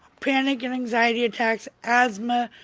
panic and anxiety attacks, asthma,